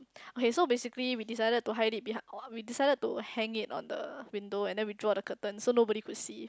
okay so basically we decided to hide it behind we decided to hang it on the window and then we draw the curtain so nobody could see